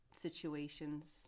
situations